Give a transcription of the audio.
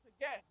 again